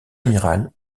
amiral